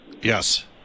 Yes